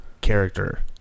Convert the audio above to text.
character